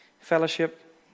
fellowship